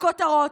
הכותרות.